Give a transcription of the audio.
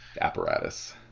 Apparatus